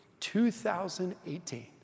2018